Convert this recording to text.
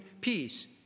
peace